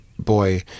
boy